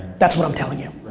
that's what i'm telling you.